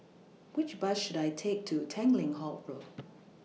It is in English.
Which Bus should I Take to Tanglin Halt Road